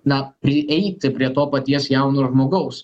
na prieiti prie to paties jauno žmogaus